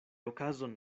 okazon